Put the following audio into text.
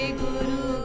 guru